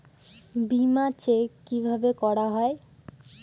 বিমা চেক কিভাবে করা হয়?